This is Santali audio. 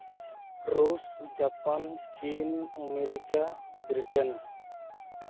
ᱨᱩᱥ ᱡᱟᱯᱟᱱ ᱪᱤᱱ ᱟᱢᱮᱨᱤᱠᱟ ᱵᱨᱤᱴᱮᱱ